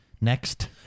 next